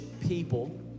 people